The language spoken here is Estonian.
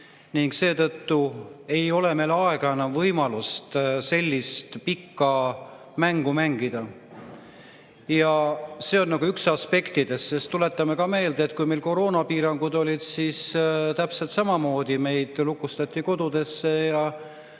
ning seetõttu ei ole meil aega ja võimalust sellist pikka mängu mängida. See on üks aspekt. Tuletame meelde, et kui meil koroonapiirangud olid, siis täpselt samamoodi meid lukustati kodudesse ja